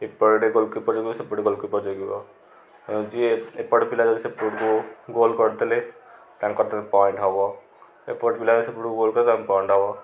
ଏପଟେ ଗୋଲକିପର ଜଗିବ ସେପଟେ ଗୋଲକିପର ଜଗିବ ଯିଏ ଏପଟେ ପିଲା ଯଦି ସେପଟକୁ ଗୋଲ କରିଦେଲେ ତାଙ୍କର ପଏଣ୍ଟ ହବ ଏପଟେ ପିଲା ସପଟ ଗୋଲ୍ କଲେ ତାଙ୍କ ପଏଣ୍ଟ ହବ